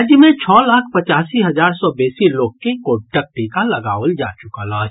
राज्य मे छओ लाख पचासी हजार सँ बेसी लोक के कोविडक टीका लगाओल जा चुकल अछि